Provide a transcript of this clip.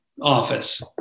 office